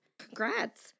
Congrats